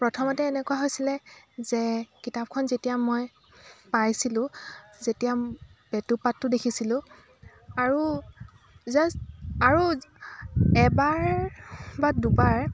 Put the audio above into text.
প্ৰথমতে এনেকুৱা হৈছিলে যে কিতাপখন যেতিয়া মই পাইছিলোঁ যেতিয়া বেটুপাতটো দেখিছিলোঁ আৰু জাষ্ট আৰু এবাৰ বা দুবাৰ